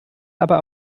aber